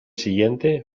siguiente